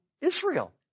Israel